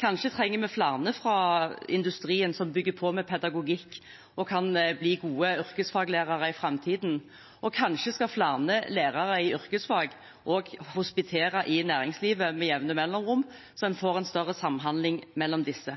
Kanskje trenger vi flere fra industrien som bygger på med pedagogikk og kan bli gode yrkesfaglærere i framtiden, og kanskje skal flere lærere i yrkesfag også hospitere i næringslivet med jevne mellomrom, så en får en større samhandling mellom disse.